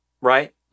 Right